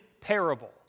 parable